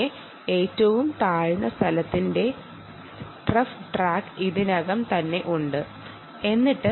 ഈ ഐബിഐ എണ്ണാൻ തുടങ്ങാം